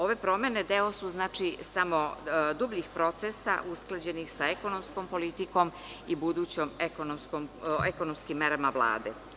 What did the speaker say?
Ove promene deo su samo dubljih procesa usklađenih sa ekonomskom politikom i budućim ekonomskim merama Vlade.